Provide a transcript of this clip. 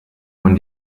man